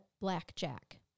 blackjack